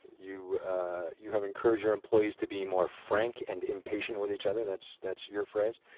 you you have encouraged your employees to be more frank and impatient with each other, that's that's your phrase,